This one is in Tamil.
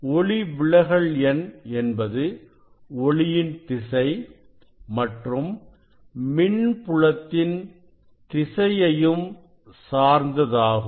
ஒளிவிலகல் எண் என்பது ஒளியின் திசை மற்றும் மின் புலத்தின் திசையையும் சார்ந்ததாகும்